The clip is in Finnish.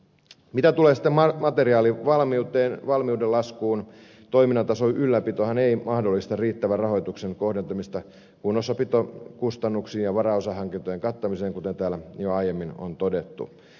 mitä tulee sitten materiaalivalmiuteen valmiuden laskuun toiminnan tason ylläpitohan ei mahdollista riittävän rahoituksen kohdentumista kunnossapitokustannuksiin ja varaosahankintojen kattamiseen kuten täällä jo aiemmin on todettu